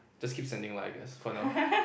just keep sending lah I guess for now